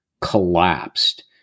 collapsed